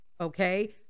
okay